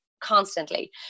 constantly